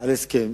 על הסכם